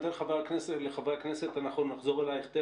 אני נותן לחברי הכנסת אבל אנחנו נחזור אליך.